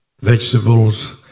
vegetables